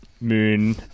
Moon